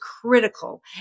critical